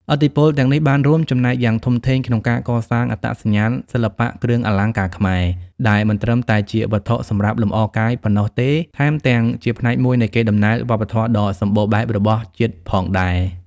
ឥទ្ធិពលទាំងនេះបានរួមចំណែកយ៉ាងធំធេងក្នុងការកសាងអត្តសញ្ញាណសិល្បៈគ្រឿងអលង្ការខ្មែរ ដែលមិនត្រឹមតែជាវត្ថុសម្រាប់លម្អកាយប៉ុណ្ណោះទេ ថែមទាំងជាផ្នែកមួយនៃកេរដំណែលវប្បធម៌ដ៏សម្បូរបែបរបស់ជាតិផងដែរ។